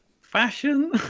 fashion